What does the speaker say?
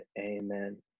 amen